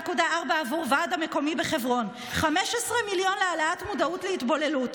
אני יושבת בוועדת הכלכלה היום.